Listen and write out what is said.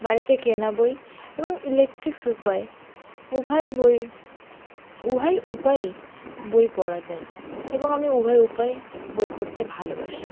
বাড়িতে কেনা বই এবং ইলেকট্রিকস উপায়ে উভয় বই উভয় উপায়ে বই পড়া যায় এবং আমি উভয় উপায়েই বই পড়তে ভালোবাসি